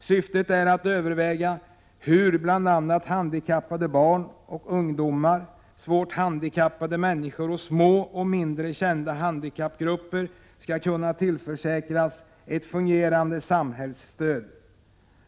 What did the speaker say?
Syftet är att överväga hur bl.a. handikappade barn och ungdomar, svårt handikappade människor samt små och mindre kända handikappgrupper skall kunna tillförsäkras ett fungerande samhällsstöd.